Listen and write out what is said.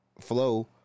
flow